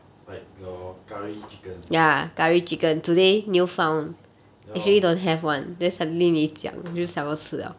like your curry chicken ya lor